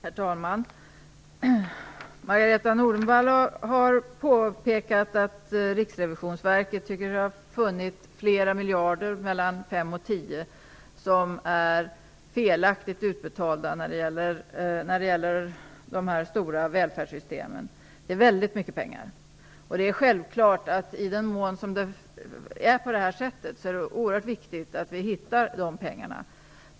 Herr talman! Margareta E Nordenvall har påpekat att Riksrevisionsverket har funnit att det är mellan 5 och 10 miljarder som är felaktigt utbetalda när det gäller de stora välfärdssystemen. Det är väldigt mycket pengar. Och det är självklart att om det är på det här sättet är det oerhört viktigt att vi hittar dessa pengar.